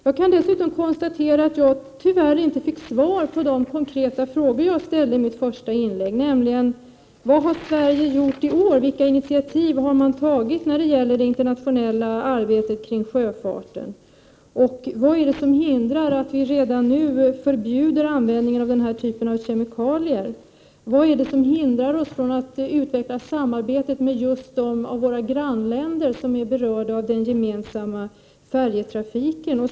Jag kan dessutom konstatera att jag tyvärr inte fick svar på de konkreta frågor som jag ställde i mitt första inlägg, nämligen dessa: Vad har Sverige gjort i år? Vilka initiativ har man tagit när det gäller det internationella 51 arbetet kring sjöfarten? Vad är det som hindrar att vi redan nu förbjuder användningen av denna typ av kemikalier? Vad är det som hindrar oss från att utveckla samarbetet med just dem av våra grannländer som är berörda av den gemensamma färjetrafiken?